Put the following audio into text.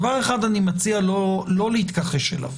דבר אחד אני מציע לא להתכחש אליו,